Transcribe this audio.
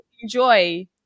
enjoy